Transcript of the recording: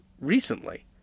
recently